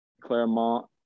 Claremont